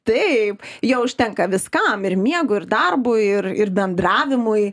tai jo užtenka viskam ir miegui ir darbui ir ir bendravimui